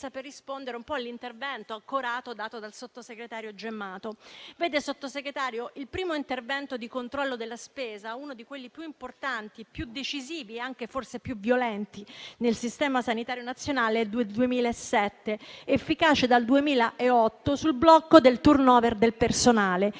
per rispondere all'intervento accorato del sottosegretario Gemmato. Signor Sottosegretario, il primo intervento di controllo della spesa, uno dei più importanti, più decisivi e forse anche più violenti nel Sistema sanitario nazionale è del 2007, efficace dal 2008, sul blocco del *turnover* del personale.